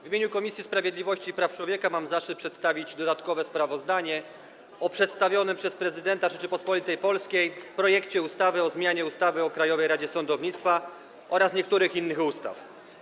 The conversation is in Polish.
W imieniu Komisji Sprawiedliwości i Praw Człowieka mam zaszczyt przedstawić dodatkowe sprawozdanie o przedstawionym przez Prezydenta Rzeczypospolitej Polskiej projekcie ustawy o zmianie ustawy o Krajowej Radzie Sądownictwa oraz niektórych innych ustaw.